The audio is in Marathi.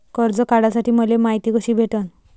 कर्ज काढासाठी मले मायती कशी भेटन?